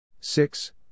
six